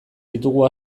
ditugu